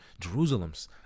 jerusalem's